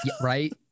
right